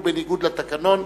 ובניגוד לתקנון,